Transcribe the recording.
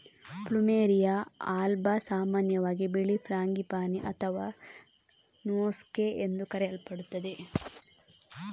plumeria alba ಸಾಮಾನ್ಯವಾಗಿ ಬಿಳಿ frangipani ಅಥವಾ ನೋಸ್ಗೇ ಎಂದು ಕರೆಯಲ್ಪಡುತ್ತದೆ